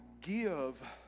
give